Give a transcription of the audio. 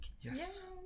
Yes